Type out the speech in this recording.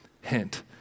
Hint